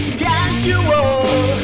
casual